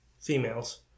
females